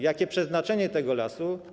Jakie jest przeznaczenie tego lasu?